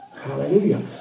Hallelujah